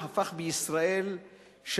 יודע את ההבדלים,